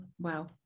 Wow